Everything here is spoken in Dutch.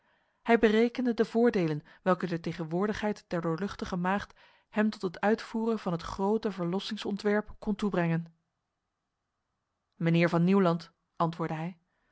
hij berekende de voordelen welke de tegenwoordigheid der doorluchtige maagd hem tot het uitvoeren van het grote verlossingsontwerp kon toebrengen mijnheer van nieuwland antwoordde hij